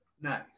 nice